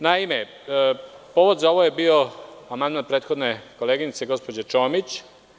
Naime, povod za ovo je bio amandman prethodne koleginice, gospođe Čomić.